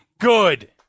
Good